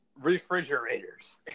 refrigerators